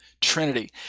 Trinity